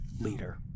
leader